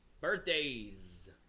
Birthdays